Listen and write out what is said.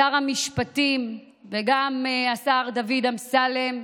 שר המשפטים וגם השר דוד אמסלם,